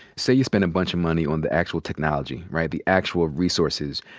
say you spent a bunch of money on the actual technology, right, the actual resources.